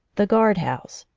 the guard house,